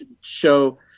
show